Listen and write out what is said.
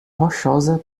rochosa